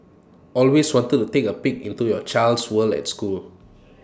always wanted to take A peek into your child's world at school